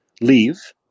leave